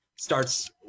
Starts